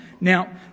Now